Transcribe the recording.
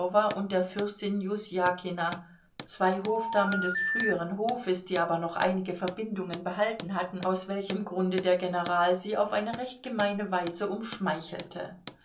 und der fürstin jusjakina zwei hofdamen des früheren hofes die aber noch einige verbindungen behalten hatten aus welchem grunde der general sie auf eine recht gemeine weise umschmeichelte